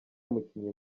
mukinnyi